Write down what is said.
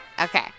Okay